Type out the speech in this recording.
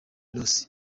ross